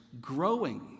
growing